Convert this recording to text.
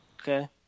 Okay